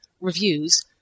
reviews